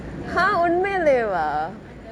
!huh! உன்மைலெவா:unmailevaa